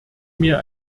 mir